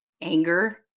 anger